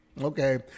Okay